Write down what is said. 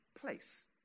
place